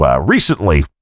recently